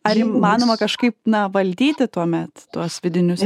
ar įmanoma kažkaip na valdyti tuomet tuos vidinius